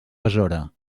besora